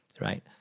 right